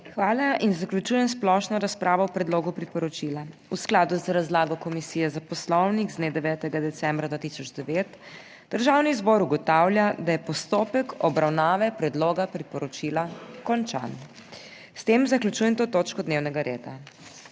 Hvala in zaključujem splošno razpravo o predlogu priporočila. V skladu z razlago Komisije za poslovnik z dne 9. decembra 2009 državni zbor ugotavlja, da je postopek obravnave predloga priporočila končan. S tem zaključujem to točko dnevnega reda.